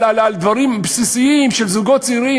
בדברים בסיסיים של זוגות צעירים?